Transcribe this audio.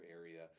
area